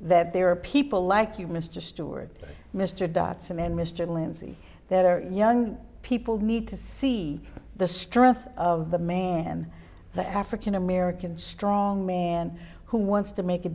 that there are people like you mr steward mr dotson and mr lindsey that our young people need to see the strength of the man the african american strong man who wants to make a